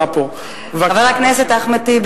חבר הכנסת אחמד טיבי,